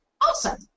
Awesome